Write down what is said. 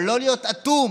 אבל לא להיות אטום.